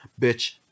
bitch